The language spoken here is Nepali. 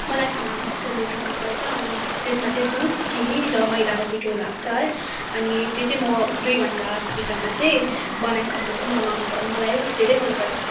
मलाई खानामा चाहिँ सेललोटी मनपर्छ अनि त्यसमा चाहिँ दुध चिनी र मैदाको पिठो लाग्छ है अनि त्यो चाहिँ म दुई घन्टाभित्रमा चाहिँ बनाइसकिदिन्छु मलाई धेरै मनपर्छ